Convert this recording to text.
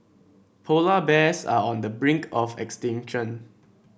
polar bears are on the brink of extinction